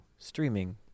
streaming